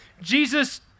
Jesus